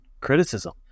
criticism